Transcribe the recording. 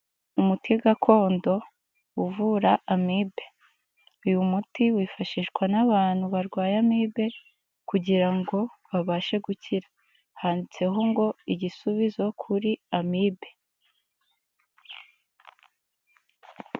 Umuti gakondo uvura Amibe. Uyu muti wifashishwa n'abantu barwaye Amibe kugira ngo babashe gukira. Handitseho ngo "Igisubizo kuri Amibe."